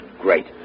great